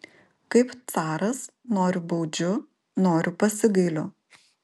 kaip caras noriu baudžiu noriu pasigailiu